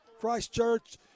Christchurch